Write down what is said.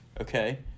okay